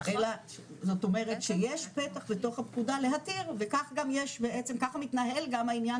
זאת אומרת שיש פתח בתוך הפקודה להתיר וככה מתנהל גם העניין